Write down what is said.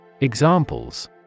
Examples